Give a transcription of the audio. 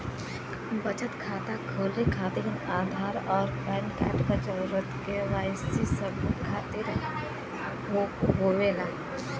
बचत खाता खोले खातिर आधार और पैनकार्ड क जरूरत के वाइ सी सबूत खातिर होवेला